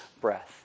breath